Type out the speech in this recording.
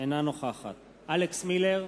אינה נוכחת אלכס מילר,